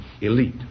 elite